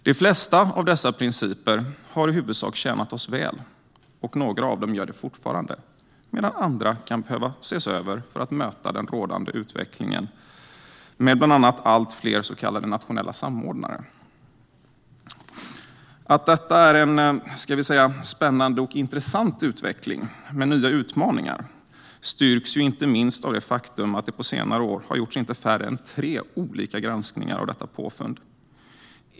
De flesta av dessa principer har i huvudsak tjänat oss väl och några av dem gör det fortfarande medan andra kan behöva ses över för att möta den rådande utvecklingen med bland annat allt fler så kallade nationella samordnare. Att detta är en, ska vi säga, spännande och intressant utveckling med nya utmaningar styrks inte minst av att det faktum att det på senare år har gjorts inte färre än tre olika granskningar av detta påfund.